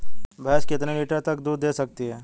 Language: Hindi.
भैंस कितने लीटर तक दूध दे सकती है?